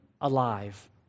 alive